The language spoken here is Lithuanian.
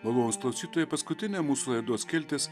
malonūs klausytojai paskutinė mūsų laidos skiltis